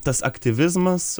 tas aktyvizmas